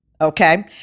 okay